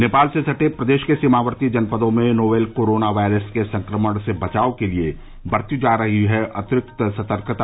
नेपाल से सटे प्रदेश के सीमावर्ती जनपदों में नोवेल कोरोना वायरस के संक्रमण से बचाव के लिए बरती जा रही है अतिरिक्त सतर्कता